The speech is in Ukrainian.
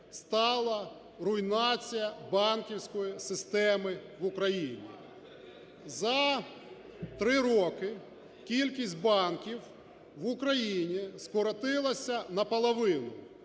стала руйнація банківської системи в Україні. За три роки кількість банків в Україні скоротилася наполовину,